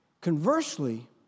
Conversely